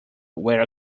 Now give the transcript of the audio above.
where